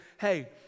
hey